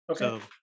okay